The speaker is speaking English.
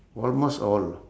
almost all